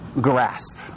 grasp